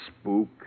spook